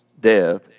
death